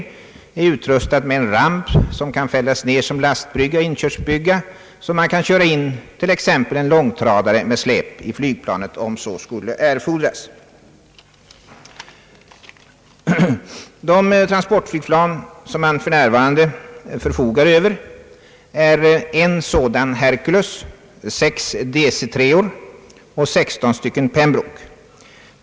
Flygplanet är utrustat med en ramp som kan fällas ned som inkörsbrygga, så att man kan föra in t.ex. en långtradare med släp i flygplanet, om så skulle erfordras. De transportflygplan man för närvarande förfogar över är en Hercules, sex DC 3:or och sexton Pembroke.